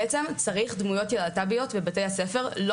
בעצם צריך דמויות להט"ביות בבתי הספר לא